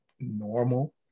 normal